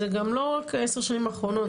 זה גם לא רק עשר שנים אחרונות,